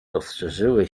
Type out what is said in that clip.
rozszerzyły